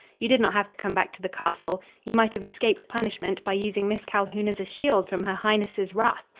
you did not have to come back to the castle. you might have escaped punishment by using miss calhoun as a shield from her highness's wrath.